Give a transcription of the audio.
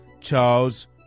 Charles